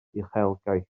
uchelgais